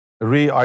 re